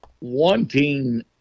Wanting